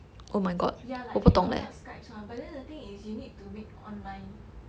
ya like can conduct Skypes [one] but then the thing is you need to make online